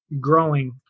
growing